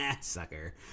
Sucker